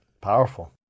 Powerful